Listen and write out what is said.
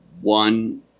One